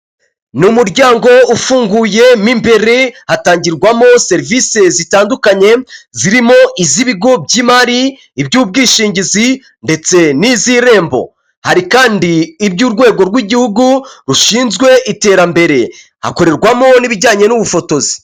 Ni umuryango ufunguye mo imbere hatangirwamo serivise zitandukanye zirimo iz'ibigo by'imari, iby'ubwishingizi ndetse n'iz'Irembo, hari kandi iby'Urwego rw'Igihugu rushinzwe Iterambere, hakorerwamo n'ibijyanye n'ubufotozi.